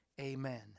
Amen